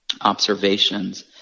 observations